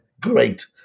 great